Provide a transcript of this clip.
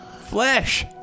flesh